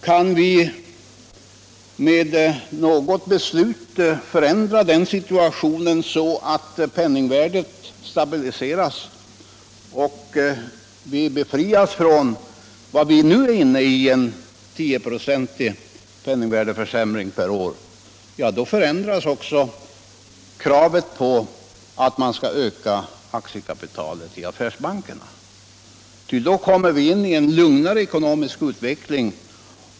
Kan vi med något beslut åstadkomma att penningvärdet stabiliseras och vi befrias från den tioprocentiga penningvärdeförsämring per år som vi nu är inne i, då minskar också affärsbankernas krav på att öka sitt aktiekapital. Vi får då en lugnare ekonomisk utveckling.